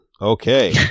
Okay